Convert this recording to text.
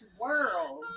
world